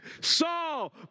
Saul